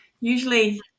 usually